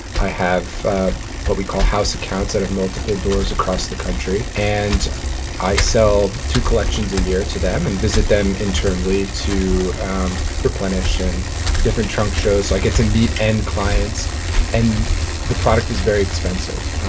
i have ah what we call house accounts that have multiple doors across the country and i sell to collections a year to them and visit them internally to um replenish an different trunk shows. i get to meet and clients and the product is very expensive.